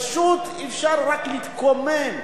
פשוט, אפשר רק להתקומם.